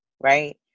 right